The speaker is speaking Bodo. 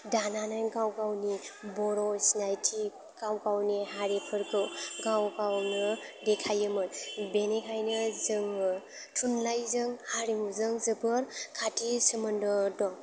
दानानै गाव गावनि बर' सिनायथि गाव गावनि हारिफोरखौ गाव गावनो देखायोमोन बेनिखायनो जोङो थुनलाइजों हारिमुजों जोबोर खाथि सोमोन्दो दं